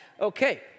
Okay